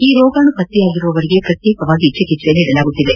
ಈ ರೋಗಾಣು ಪತ್ರೆಯಾಗಿರುವವರಿಗೆ ಪ್ರತ್ಯೇಕ ಚಿಕಿತ್ಸೆ ನೀಡಲಾಗುತ್ತಿದೆ